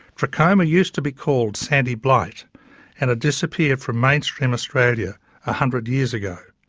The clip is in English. trachoma used to be called sandy blight and disappeared from mainstream australia a hundred years ago.